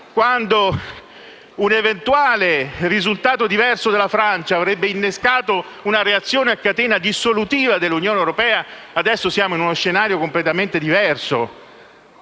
quando un eventuale risultato diverso in Francia avrebbe innescato una reazione a catena dissolutiva dell'Unione europea, adesso siamo in uno scenario completamente diverso.